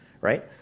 right